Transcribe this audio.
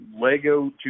Lego